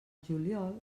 juliol